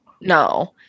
No